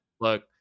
Look